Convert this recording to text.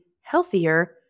healthier